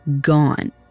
gone